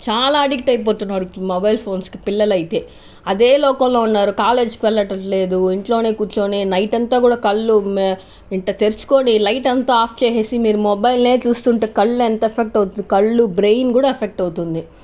చాలా ఆడిక్ట్ అయిపోతున్నారు ఇప్పుడు మొబైల్ ఫోన్స్కి పిల్లలు అయితే అదే లోకంలో ఉన్నారు కాలేజ్కి వెళ్లడం లేదు ఇంట్లోనే కూర్చొని నైట్ అంతా కూడా కళ్ళు గిట్ల తెచ్చుకొని లైట్ అంతా ఆఫ్ చేసేసి మీరు మొబైల్నే చూస్తుంటే కళ్ళు ఎంత ఎఫెక్ట్ అవుతుందో కళ్ళు బ్రెయిన్ కూడా ఎఫెక్ట్ అవుతుంది